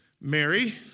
Mary